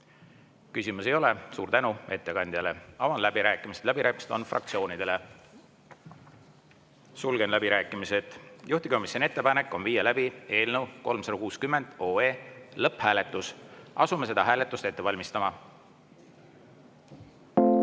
Küsimusi ei ole. Suur tänu ettekandjale! Avan läbirääkimised. Läbirääkimised on fraktsioonidele. Sulgen läbirääkimised. Juhtivkomisjoni ettepanek on viia läbi eelnõu 360 OE lõpphääletus. Asume seda hääletust ette valmistama.